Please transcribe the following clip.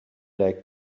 like